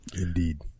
Indeed